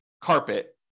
carpet